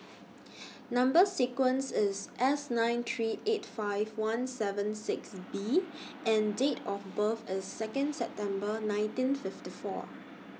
Number sequence IS S nine three eight five one seven six B and Date of birth IS Second September nineteen fifty four